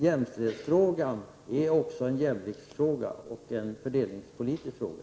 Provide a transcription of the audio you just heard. Jämställdhetsfrågan är också en jämlikhetsfråga och en fördelningspolitisk fråga.